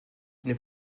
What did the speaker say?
n’est